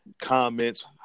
comments